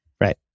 Right